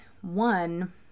One